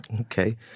Okay